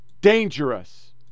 dangerous